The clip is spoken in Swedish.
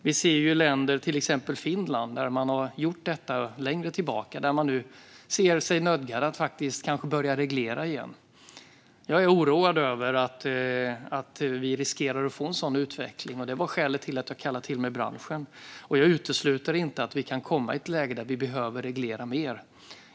Vi har noterat i andra länder, till exempel Finland, där detta gjordes längre tillbaka i tiden, att man har sett sig nödgad att börja reglera igen. Jag oroar mig för att vi riskerar en sådan utveckling, och det är skälet till att jag har kallat till mig branschen. Jag utesluter inte att vi kan komma i ett läge där vi behöver reglera mer.